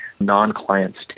non-clients